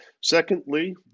Secondly